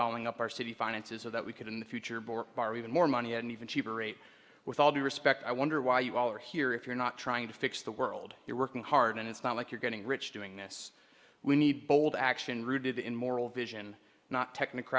dolling up our city finances so that we could in the future bore borrow even more money and even cheaper rate with all due respect i wonder why you all are here if you're not trying to fix the world you're working hard and it's not like you're getting rich doing this we need bold action rooted in moral vision not techn